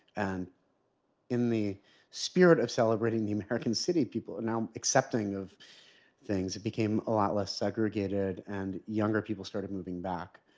and in the spirit of celebrating the american city, people are now accepting of things. it became a lot less segregated, and younger people started moving back.